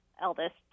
eldest